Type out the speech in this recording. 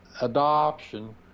adoption